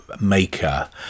maker